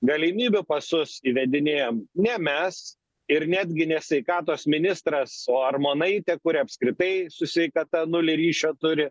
galimybių pasus įvedinėjam ne mes ir netgi ne sveikatos ministras o armonaitė kuri apskritai su sveikata nulį ryšio turi